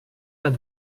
pas